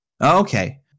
Okay